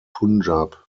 punjab